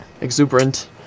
Exuberant